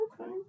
Okay